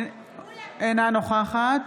אינה נוכחת